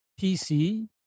PC